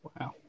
Wow